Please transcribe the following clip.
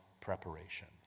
preparation